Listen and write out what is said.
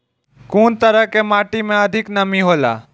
कुन तरह के माटी में अधिक नमी हौला?